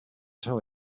tell